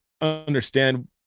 understand